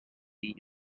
the